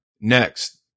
Next